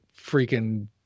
freaking